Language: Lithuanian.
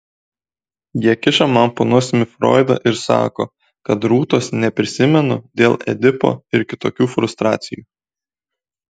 jie kiša man po nosimi froidą ir sako kad rūtos neprisimenu dėl edipo ir kitokių frustracijų